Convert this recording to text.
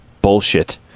bullshit